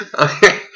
Okay